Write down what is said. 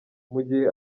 mugihe